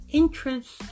entrance